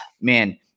man